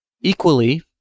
Equally